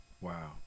Wow